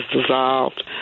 dissolved